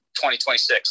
2026